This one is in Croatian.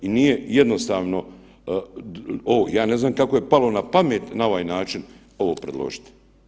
I nije jednostavno ovo, ja ne znam kako je palo na pamet na ovaj način ovo predložiti.